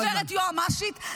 גברת יועמ"שית,